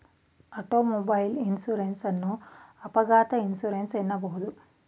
automobile insurance ಅನ್ನು ಅಪಘಾತ insurance ಎನ್ನಬಹುದು